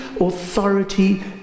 authority